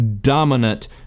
dominant